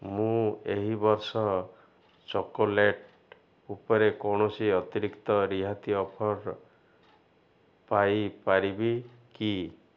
ମୁଁ ଏହି ବର୍ଷ ଚକୋଲେଟ୍ ଉପରେ କୌଣସି ଅତିରିକ୍ତ ରିହାତି ଅଫର୍ ପାଇ ପାରିବି କ